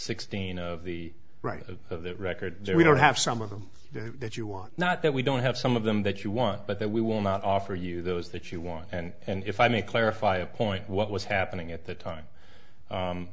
sixteen of the right of that record there we don't have some of them that you want not that we don't have some of them that you want but that we will not offer you those that you want and if i may clarify a point what was happening at the time